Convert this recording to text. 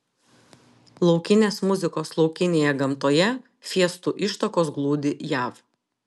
laukinės muzikos laukinėje gamtoje fiestų ištakos glūdi jav